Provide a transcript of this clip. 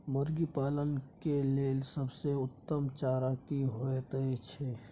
मुर्गी पालन के लेल सबसे उत्तम चारा की होयत छै?